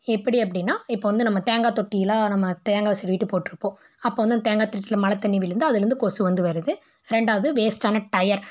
எப்படி அப்படின்னா இப்போ வந்து நம்ம தேங்காய் தொட்டியிலலாம் நம்ம தேங்காய் சிரிவிட்டு போட்டிருப்போம் அப்போ வந்து இந்த தேங்காய் சிரட்டில மழை தண்ணி விழுந்து அதிலேருந்து கொசு வந்து வருது ரெண்டாவது வேஸ்ட்டான டயர்